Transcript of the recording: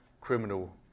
criminal